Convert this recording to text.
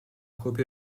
copia